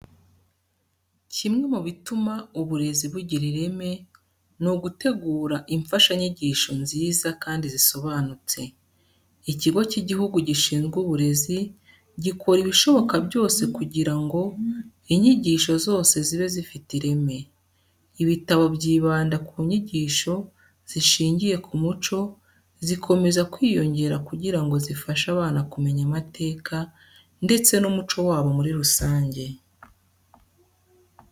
Kimwe mu bituma uburezi bugira ireme, ni ugutegura imfashanyigisho nziza kandi zisobanutse. Ikigo cy'Igihugu gishinzwe Uburezi, gikora ibishoboka byose kugira ngo inyigisho zose zibe zifite ireme. Ibitabo byibanda ku nyigisho zishingiye ku muco zikomeza kwiyongera kugira ngo zifashe abana kumenya amateka ndetse n'umuco wabo muri rusange.